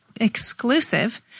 exclusive